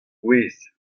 gwez